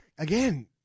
Again